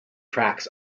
tracks